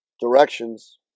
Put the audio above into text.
directions